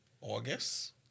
August